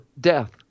death